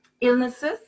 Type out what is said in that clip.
illnesses